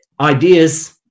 Ideas